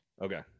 Okay